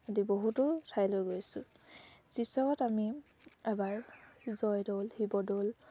আদি বহুতো ঠাইলৈ গৈছোঁ শিৱসাগৰত আমি এবাৰ জয়দৌল শিৱদৌল